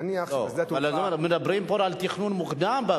נניח שבשדה התעופה,